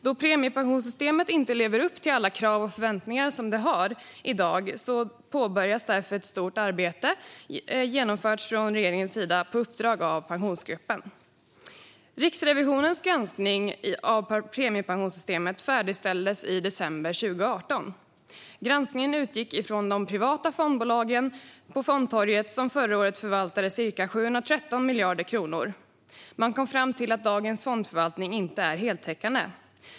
Då premiepensionssystemet inte lever upp till alla krav och förväntningar vi har i dag har ett stort arbete påbörjats och genomförts från regeringens sida på uppdrag av Pensionsgruppen. Riksrevisionens granskning av premiepensionssystemet färdigställdes i december 2018. Granskningen utgick från de privata fondbolagen på fondtorget, som förra året förvaltade ca 713 miljarder kronor. Man kom fram till att dagens fondförvaltning inte är heltäckande.